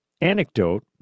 anecdote